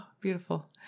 beautiful